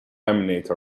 laminate